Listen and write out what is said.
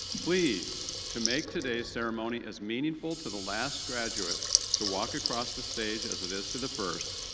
please to make today's ceremony as meaningful to the last graduate to walk across the stage as it is to the first,